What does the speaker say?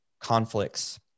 conflicts